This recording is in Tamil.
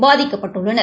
பாதிக்கப்பட்டுள்ளனர்